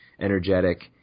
energetic